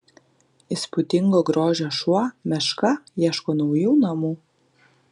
įspūdingo grožio šuo meška ieško naujų namų